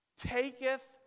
taketh